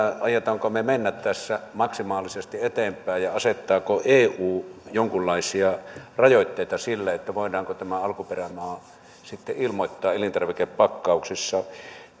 aiommeko me mennä tässä maksimaalisesti eteenpäin ja asettaako eu jonkunlaisia rajoitteita sille voidaanko tämä alkuperämaa sitten ilmoittaa elintarvikepakkauksissa